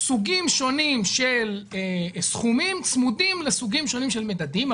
סוגים שונים של סכומים צמודים לסוגים שונים של מדדים.